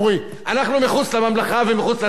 כן כן, ואנחנו מחוץ לממלכה ומחוץ לציבור.